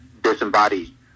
disembodied